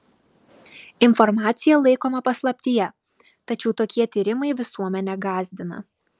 informacija laikoma paslaptyje tačiau tokie tyrimai visuomenę gąsdina